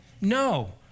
No